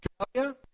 Australia